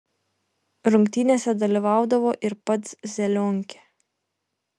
rungtynėse dalyvaudavo ir pats zelionkė